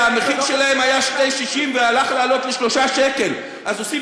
זה לא קשור לדרום ולא קשור לצפון,